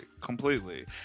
Completely